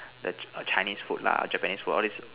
the chick Chinese food lah Japanese food all these